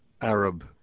Arab